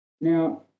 Now